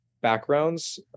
backgrounds